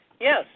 Yes